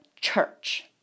church